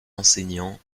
enseignants